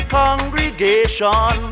congregation